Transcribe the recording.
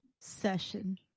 session